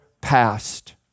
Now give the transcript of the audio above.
past